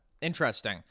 Interesting